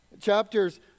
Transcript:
Chapters